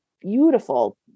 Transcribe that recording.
beautiful